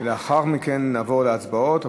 ולאחר מכן נעבור להצבעות.